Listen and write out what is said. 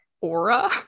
aura